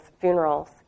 funerals